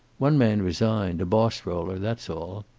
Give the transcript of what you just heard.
one man resigned a boss roller. that's all.